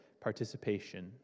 participation